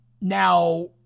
now